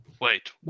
Wait